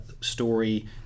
story